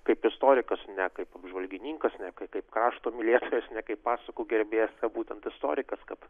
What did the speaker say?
kaip istorikas ne kaip apžvalgininkas ne kaip kašto mylėtojas ne kaip pasakų gerbėjas o būtent istorikas kad